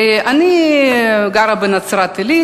אני גרה בנצרת-עילית.